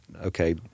okay